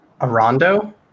Arondo